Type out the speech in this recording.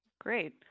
Great